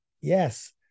Yes